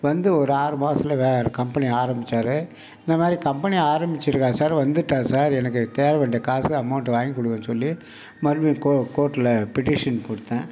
வந்து ஒரு ஆறு மாசத்தில் வேற கம்பெனி ஆரம்பிச்சார் இந்தமாதிரி கம்பெனி ஆரம்பிச்சிருக்கார் சார் வந்துவிட்டார் சார் எனக்கு சேரவேண்டிய காசு அமௌண்ட வாங்கிக் கொடுங்கனு சொல்லி மறுபடியும் கோர்ட்டில் பெட்டிஷன் கொடுத்தேன்